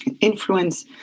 influence